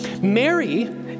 Mary